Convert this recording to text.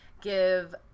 give